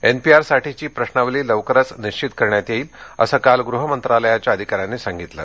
एनपीआरसाठीची प्रश्रावली लवकरच निश्वित करण्यात येईल असं काल गृह मंत्रालयाच्या अधिकाऱ्यांनी सांगितलं